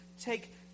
take